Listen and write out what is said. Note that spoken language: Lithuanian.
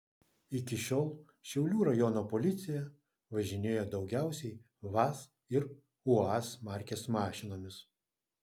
iki šiol šiaulių rajono policija važinėjo daugiausiai vaz ir uaz markės mašinomis